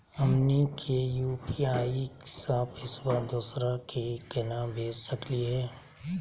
हमनी के यू.पी.आई स पैसवा दोसरा क केना भेज सकली हे?